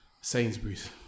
Sainsbury's